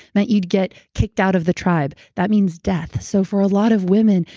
meant you'd get kicked out of the tribe. that means death. so, for a lot of women,